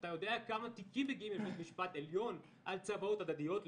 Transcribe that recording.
ואתה יודע כמה תיקים מגיעים לבית משפט עליון על צוואות הדדיות,